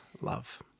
love